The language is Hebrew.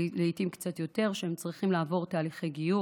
לעיתים קצת יותר, שהם צריכים לעבור תהליכי גיור,